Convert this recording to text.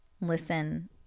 listen